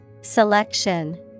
Selection